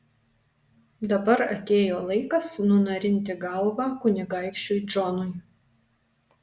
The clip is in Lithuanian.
dabar atėjo laikas nunarinti galvą kunigaikščiui džonui